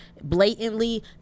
Blatantly